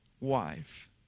wife